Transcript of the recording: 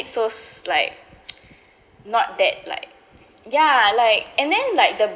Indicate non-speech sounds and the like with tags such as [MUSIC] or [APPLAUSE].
so s~ like [NOISE] not that like ya like and then like the